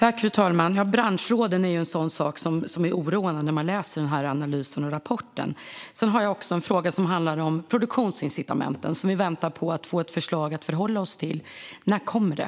Fru talman! Branschråden är oroande när man läser analysen och rapporten. Jag har också en fråga som handlar om produktionsincitamenten. Vi väntar på ett förslag att förhålla oss till. När kommer det?